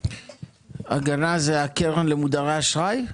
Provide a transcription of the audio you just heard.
הגנה זה הקרן למודרי אשראי?